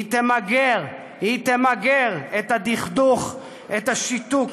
היא תמגר את הדכדוך, את השיתוק,